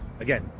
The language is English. again